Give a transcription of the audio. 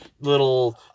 little